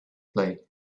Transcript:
play